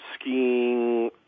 skiing